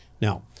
Now